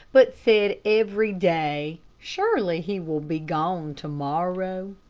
but said every day, surely he will be gone to-morrow.